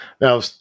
Now